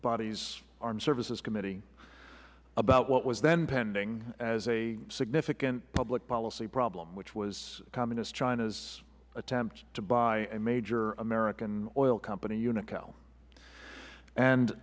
body's armed services committee about what was then pending as a significant public policy problem which was communist china's attempt to buy a major american oil company un